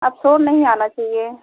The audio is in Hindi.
अब शोर नहीं आना चाहिए